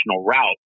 route